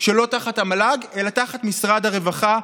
שלא תחת המל"ג אלא תחת משרד הרווחה,